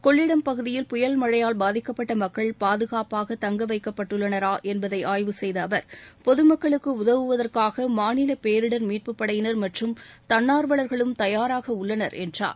கொள்ளிடம் பகுதியில் புயல் மழையால் பாதிக்கப்பட்ட மக்கள் பாதுகாப்பாக தங்க வைக்கப்பட்டுள்ளனரா என்பதை ஆய்வு செய்த அவர் பொது மக்களுக்கு உதவுவதற்காக மாநில பேரிடர் மீட்புப் படையினர் மற்றும் தன்னார்வலர்களும் தயாராக உள்ளனர் என்றார்